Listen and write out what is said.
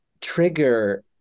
trigger